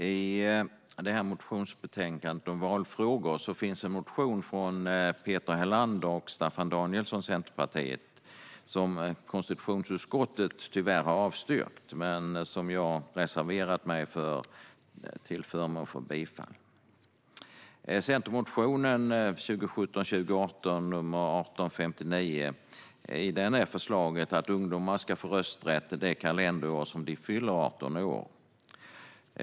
Herr talman! I motionsbetänkandet om valfrågor finns en motion från Peter Helander och Staffan Danielsson, Centerpartiet, som konstitutionsutskottet tyvärr har avstyrkt men som jag har reserverat mig till förmån för. I centermotionen 2017/18:1859 är förslaget att ungdomar ska få rösträtt det kalenderår som de fyller 18 år.